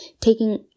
Taking